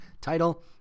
title